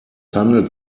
handelt